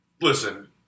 Listen